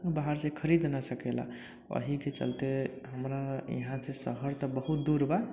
बाहरसँ खरीद न सकेला ओहिके चलते हमरा यहाँसँ शहर तऽ बहुत दूर बा